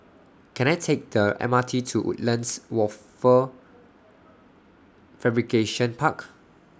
Can I Take The M R T to Woodlands Wafer Fabrication Park